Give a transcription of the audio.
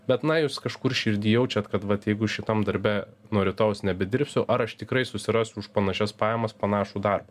bet na jūs kažkur širdyje jaučiat kad vat jeigu šitam darbe nuo rytojaus nebedirbsiu ar aš tikrai susirasiu už panašias pajamas panašų darbą